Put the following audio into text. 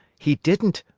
he didn't,